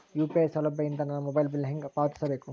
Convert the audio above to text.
UPI ಸೌಲಭ್ಯ ಇಂದ ನನ್ನ ಮೊಬೈಲ್ ಬಿಲ್ ಹೆಂಗ್ ಪಾವತಿಸ ಬೇಕು?